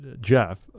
Jeff